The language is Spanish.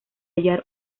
hallar